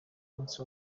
munsi